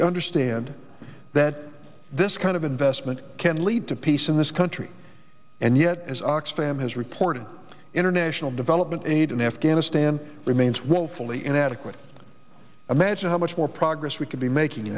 you understand that this kind of investment can lead to peace in this country and yet as oxfam has reported international development aid in afghanistan remains willfully inadequate imagine how much more progress we could be making